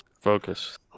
focus